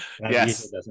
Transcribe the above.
Yes